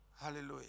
Hallelujah